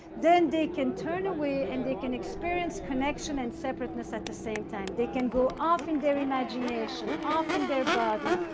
then they can turn away and they can experience connection and separateness at the same time. they can go off in their imagination, off in their body,